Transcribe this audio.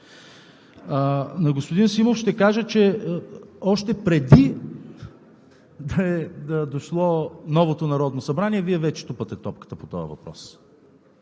На господин Симов ще кажа, че още преди да е дошло новото Народно събрание, Вие вече тупате топката по този въпрос.